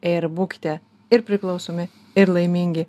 ir būkite ir priklausomi ir laimingi